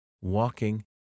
walking